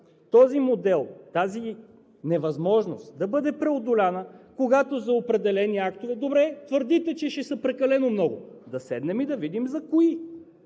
този модел, тази невъзможност да бъде преодоляна, когато за определени актове – добре, твърдите, че ще са прекалено много, да седнем и да видим за кои